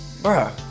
bruh